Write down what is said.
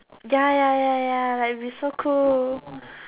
ya ya ya ya like it will be so cool